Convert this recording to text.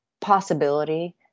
possibility